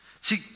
See